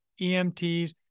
EMTs